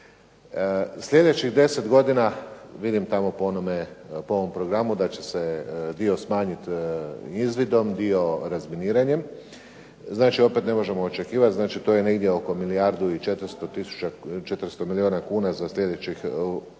Sljedećih 10 godina vidim tamo po ovom programu da će se dio smanjiti izvidom, dio razminiranjem. Znači, opet ne možemo očekivati, znači to je negdje oko milijardu i 400 milijuna kuna za sljedećih gledajući